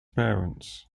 parents